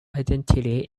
identity